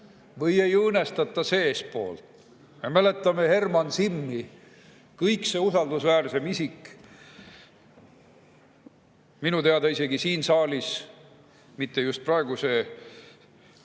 või ei õõnestata seestpoolt? Me mäletame Herman Simmi – kõige usaldusväärsem isik! Minu teada isegi siin saalis, mitte just praeguste